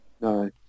No